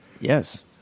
Yes